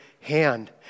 hand